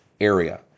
area